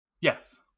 Yes